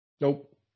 Nope